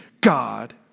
God